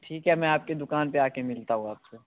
ठीक है मैं आपकी दुकान पर आ कर मिलता हूँ आपसे